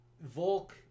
Volk